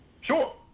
Sure